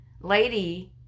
lady